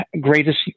greatest